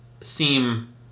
seem